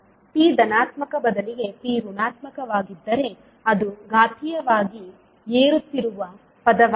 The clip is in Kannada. p ಧನಾತ್ಮಕ ಬದಲಿಗೆ p ಋಣಾತ್ಮಕವಾಗಿದ್ದರೆ ಅದು ಘಾತೀಯವಾಗಿ ಏರುತ್ತಿರುವ ಪದವಾಗಿದೆ